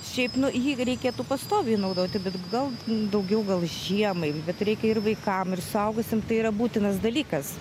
šiaip nu jį reikėtų pastoviai naudoti bet gal daugiau gal žiemai bet reikia ir vaikam ir suaugusiems tai yra būtinas dalykas